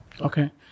Okay